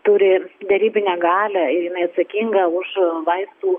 turi derybinę galią ir jinai atsakinga už vaistų